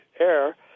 air